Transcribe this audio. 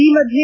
ಈ ಮಧ್ಯೆ